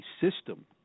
system